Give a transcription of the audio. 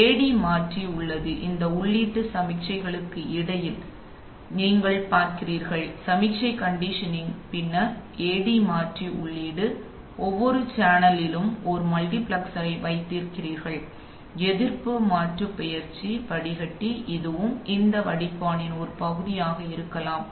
எனவே இங்கே AD மாற்றி உள்ளது இந்த உள்ளீட்டு சமிக்ஞைகளுக்கு இடையில் நீங்கள் பார்க்கிறீர்கள் சமிக்ஞை கண்டிஷனிங் பின்னர் இது AD மாற்றி உள்ளீடு நீங்கள் ஒவ்வொரு சேனலிலும் ஒரு மல்டிபிளெக்சரை வைத்துள்ளீர்கள் எதிர்ப்பு மாற்றுப்பெயர்ச்சி வடிகட்டி இதுவும் இந்த வடிப்பானின் ஒரு பகுதியாக இருக்கலாம்